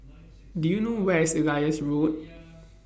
Do YOU know Where IS Elias Road